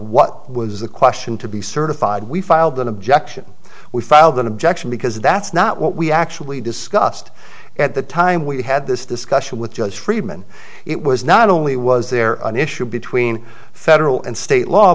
what was the question to be certified we filed an objection we filed an objection because that's not what we actually discussed at the time we had this discussion with just friedman it was not only was there an issue between federal and state law